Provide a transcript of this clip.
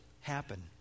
happen